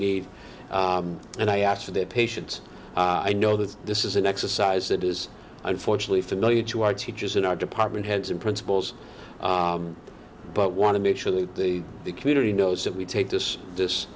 need and i ask for their patience i know that this is an exercise that is unfortunately familiar to our teachers in our department heads and principals but want to make sure that the community knows that we take this this